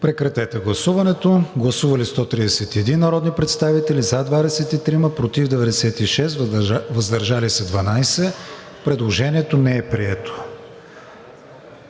представен от вносителя. Гласували 128 народни представители: за 23, против 94, въздържали се 11. Предложението не е прието.